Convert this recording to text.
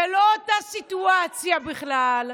זה לא אותה סיטואציה בכלל,